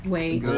Wait